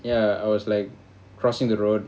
ya I was like crossing the road